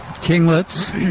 kinglets